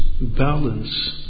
balance